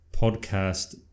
podcast